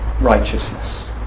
righteousness